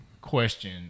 question